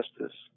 Justice